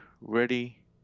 ready